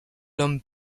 l’homme